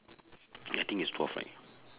I think is twelve right